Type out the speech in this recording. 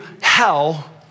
hell